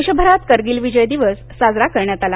देशभरात कारगिल विजय दिवस साजरा करण्यात आला